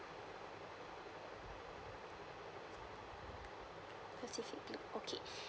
pacific blue okay